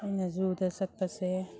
ꯑꯩꯅ ꯖꯨꯗ ꯆꯠꯄꯁꯦ